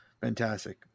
Fantastic